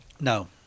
No